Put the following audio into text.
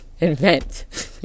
Invent